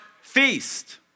feast